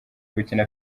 gukina